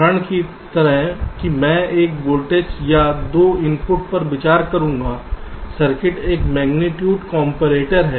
उदाहरण की तरह कि मैं एक वोल्टेज या 2 इनपुट पर विचार करूंगा सर्किट एक मेग्नीट्यूड कॉम्परेटर है